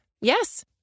Yes